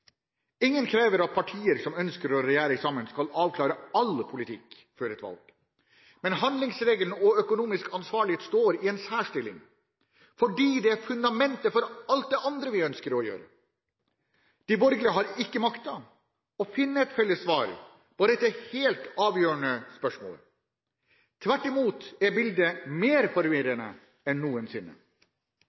Ingen krever at partier som ønsker å regjere sammen, skal avklare all politikk før et valg. Men handlingsregelen og økonomisk ansvarlighet står i en særstilling, fordi det er fundamentet for alt det andre vi ønsker å gjøre. De borgerlige har ikke maktet å finne et felles svar på dette helt avgjørende spørsmålet. Tvert imot er bildet mer forvirrende en noensinne.